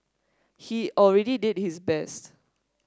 he already did his best